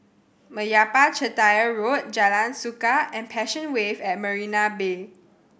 Meyappa Chettiar Road Jalan Suka and Passion Wave at Marina Bay